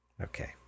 Okay